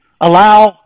allow